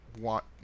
want